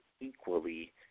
equally